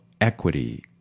equity